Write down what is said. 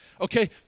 Okay